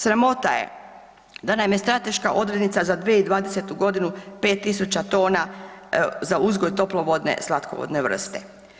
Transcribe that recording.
Sramota je da naime strateška odrednica za 2020. godinu 5.000 tona za uzgoj toplovodne slatkovodne vrste.